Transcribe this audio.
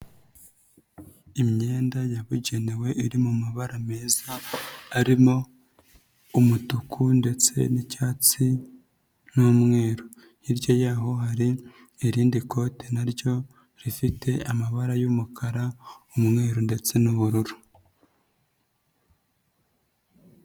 Imyenda yabugenewe iri mu mabara meza arimo umutuku ndetse n'icyatsi n'umweru. hirya y'aho hari irindi kote na ryo rifite amabara y'umukara, umweru ndetse n'ubururu.